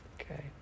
Okay